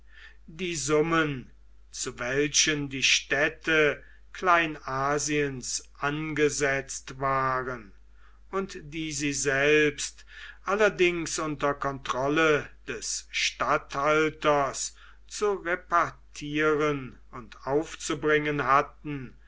die summen zu welchen die städte kleinasiens angesetzt waren und die sie selbst allerdings unter kontrolle des statthalters zu repartieren und aufzubringen hatten